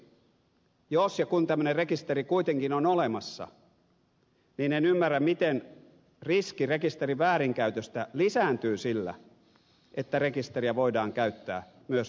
toiseksi jos ja kun tämmöinen rekisteri kuitenkin on olemassa niin en ymmärrä miten riski rekisterin väärinkäytöstä lisääntyy sillä että rekisteriä voidaan käyttää myös rikosten selvittämiseen